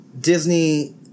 disney